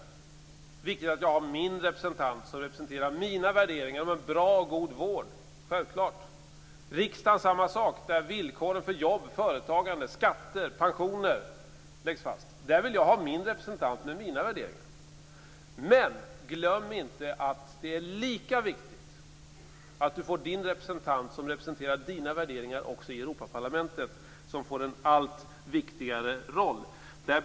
Det är viktigt att jag har min representant som representerar mina värderingar om en bra och god vård. Självklart. Samma sak gäller för riksdagen. Där fattas besluten om villkoren för jobb, företagande, skatter pensioner. Där vill jag ha min representant med mina värderingar. Men glöm inte att det är lika viktigt att du får din representant som representerar dina värderingar i Europaparlamentet - som får en allt viktigare roll.